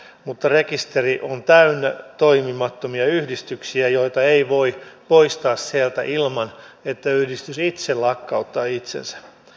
mutta rekisteri on täynnä toimimattomia yhdistyksiä joita ei voi poistaa sieltä ilman että yhdistys itse lakkauttaa itsensä